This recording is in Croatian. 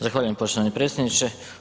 Zahvaljujem poštovani predsjedniče.